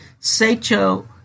Seicho